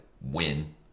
win